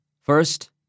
First